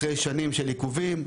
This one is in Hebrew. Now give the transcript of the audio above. אחרי שנים של עיכובים.